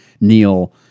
Neil